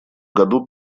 году